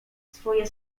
swoje